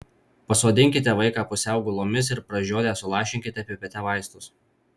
pasodinkite vaiką pusiau gulomis ir pražiodę sulašinkite pipete vaistus